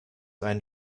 einen